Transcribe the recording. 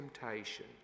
temptation